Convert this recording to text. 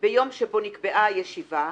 ביום שבו נקבעה הישיבה,